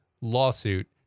lawsuit